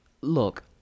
Look